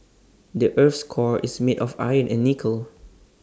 the Earth's core is made of iron and nickel